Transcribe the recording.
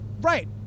Right